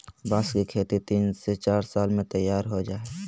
बांस की खेती तीन से चार साल में तैयार हो जाय हइ